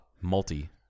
Multi